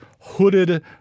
hooded